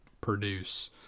produce